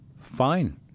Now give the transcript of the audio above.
fine